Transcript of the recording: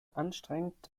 anstrengend